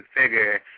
configure